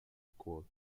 equal